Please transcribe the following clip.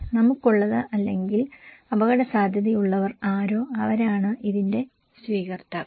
നമുക്കുള്ളത് അല്ലെങ്കിൽ അപകടസാധ്യതയുള്ളവർ ആരോ അവരാണ് ഇതിന്റെ സ്വീകർത്താക്കൾ